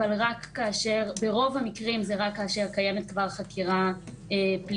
אבל ברוב המקרים זה רק כאשר קיימת כבר חקירה פלילית.